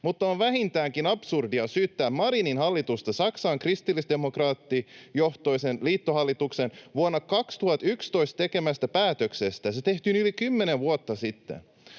mutta on vähintäänkin absurdia syyttää Marinin hallitusta Saksan kristillisdemokraattijohtoisen liittohallituksen vuonna 2011 tekemästä päätöksestä — se tehtiin yli kymmenen vuotta sitten.